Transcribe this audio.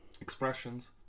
expressions